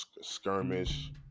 skirmish